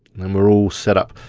and we're all set up.